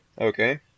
Okay